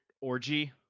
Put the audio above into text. Orgy